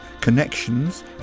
connections